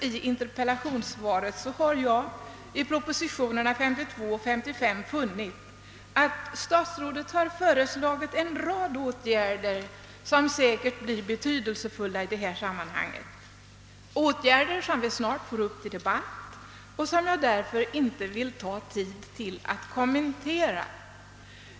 Jag har faktiskt i dessa propositioner — nr 52 och 55 — funnit en rad säkerligen mycket betydelsefulla åtgärder som statsrådet föreslår men som inte nämns i interpellationssvaret. Förslagen kommer snart upp till debatt i kammaren, och jag skall därför inte nu uppta tiden med att närmare kommentera dem.